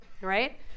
right